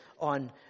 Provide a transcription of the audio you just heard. on